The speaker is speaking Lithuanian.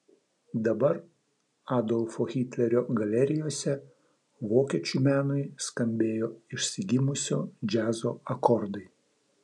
dabar adolfo hitlerio galerijose vokiečių menui skambėjo išsigimusio džiazo akordai